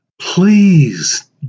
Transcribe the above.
Please